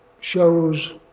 shows